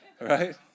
Right